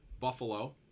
Buffalo